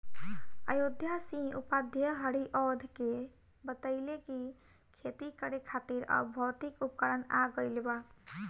अयोध्या सिंह उपाध्याय हरिऔध के बतइले कि खेती करे खातिर अब भौतिक उपकरण आ गइल बा